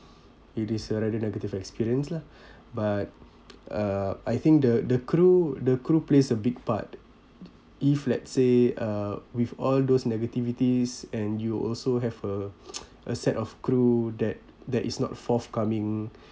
it is a rather negative experience lah but uh I think the the crew the crew plays a big part if let's say uh with all those negativities and you also have a a set of crew that that is not forthcoming